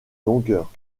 longueur